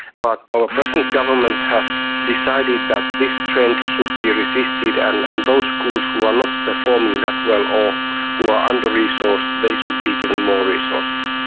but our present government has decided that this trend should be resisted, and and those schools who are not performing that well or who are under-resourced, they should sort of be given more resources.